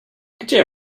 gdzie